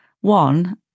One